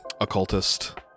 occultist